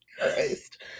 Christ